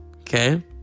Okay